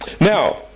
Now